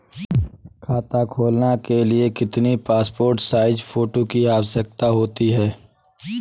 खाता खोलना के लिए कितनी पासपोर्ट साइज फोटो की आवश्यकता होती है?